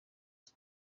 jye